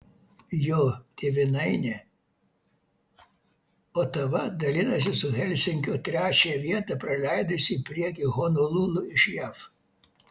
jo tėvynainė otava dalinasi su helsinkiu trečiąją vietą praleidusi į priekį honolulu iš jav